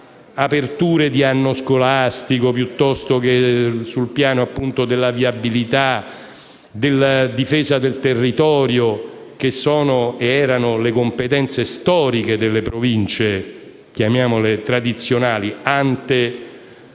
aperture di anno scolastico piuttosto che sul piano della viabilità e della difesa del territorio, che erano le competenze storiche delle Province tradizionali *ante*